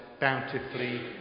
bountifully